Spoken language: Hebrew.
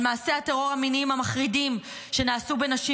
על מעשי הטרור המיניים המחרידים שנעשו בנשים